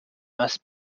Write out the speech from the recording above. must